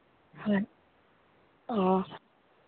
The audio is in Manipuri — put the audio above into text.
ꯍꯣꯏ ꯑꯣ